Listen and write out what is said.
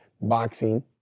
Boxing